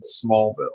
Smallville